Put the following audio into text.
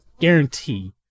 guarantee